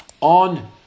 on